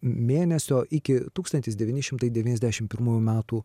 mėnesio iki tūkstantis devyni šimtai devyniasdešimt pirmųjų metų